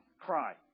cry